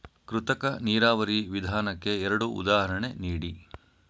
ಕೃತಕ ನೀರಾವರಿ ವಿಧಾನಕ್ಕೆ ಎರಡು ಉದಾಹರಣೆ ನೀಡಿ?